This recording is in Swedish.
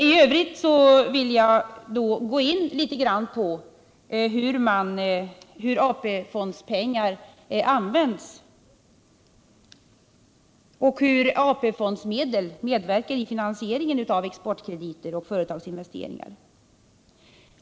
I övrigt vill jag gå in litet grand på hur AP-fondspengar används och hur AP-fondsmedel medverkar i finansieringen av exportkrediter och företagsinvesteringar.